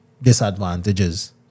disadvantages